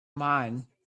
mine